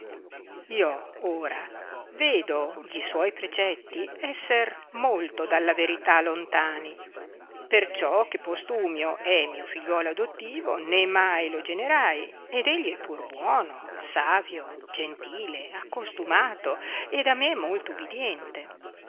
io ora vedo gli suoi precetti esser molto dalla verità lontani perciò che postumi o è mio figliuolo adottivo né mai lo generai ed egli è pur buono savio gentile accostumato ed a me molto ubidiente